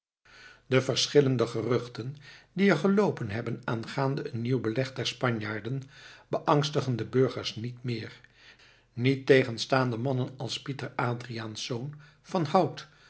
de verschillende geruchten die er geloopen hebben aangaande een nieuw beleg der spanjaarden beangstigen de burgers niet meer niettegenstaande mannen als pieter adriaensz van hout